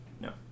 No